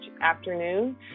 afternoon